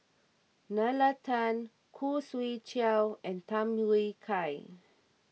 Nalla Tan Khoo Swee Chiow and Tham Yui Kai